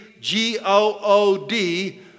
G-O-O-D